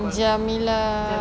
jameela